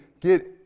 get